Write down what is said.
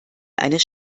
eines